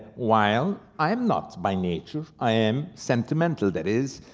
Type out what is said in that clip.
while i am not by nature, i am sentimental. that is,